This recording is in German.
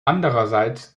andererseits